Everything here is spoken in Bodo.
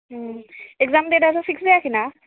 एग्जाम देटआथ' फिख्स जायाखैना